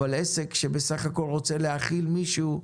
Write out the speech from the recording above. אבל עסק שבסך הכול רוצה להאכיל מישהו,